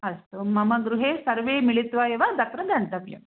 अस्तु मम गृहे सर्वे मिलित्वा एव तत्र गन्तव्यम्